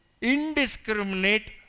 Indiscriminate